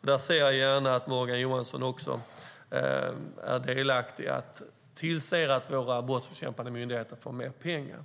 Dessutom ser jag gärna att Morgan Johansson tillser att våra brottsbekämpande myndigheter får mer pengar.